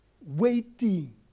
Waiting